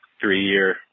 three-year